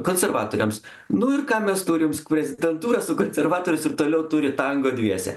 konservatoriams nu ir ką mes turim skvezidentūra su konservatoriais ir toliau turi tango dviese